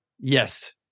Yes